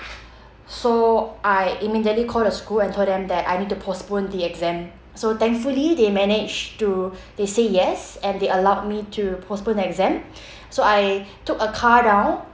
so I immediately called the school I told them that I need to postpone the exam so thankfully they managed to they say yes and they allowed me to postpone the exam so I took a car down